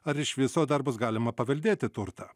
ar iš viso dar bus galima paveldėti turtą